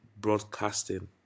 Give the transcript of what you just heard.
broadcasting